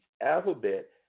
alphabet